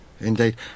indeed